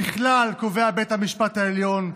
ככלל, קובע בית המשפט העליון,